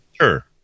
Sure